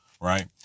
right